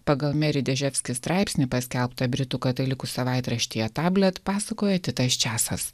pagal meri deževski straipsnį paskelbtą britų katalikų savaitraštyje tablet pasakoja titas časas